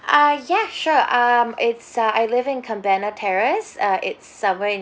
uh ya sure um it's uh I live in cabana terrace uh it's somewhere in